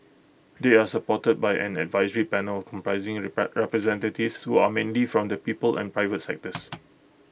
they are supported by an advisory panel comprising repair representatives who are mainly from the people and private sectors